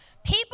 People